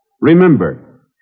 Remember